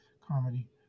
comedy